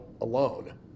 alone